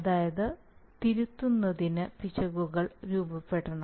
അതായത് തിരുത്തുന്നതിന് പിശകുകൾ രൂപപ്പെടണം